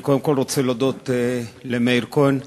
אני קודם כול רוצה להודות למאיר כהן,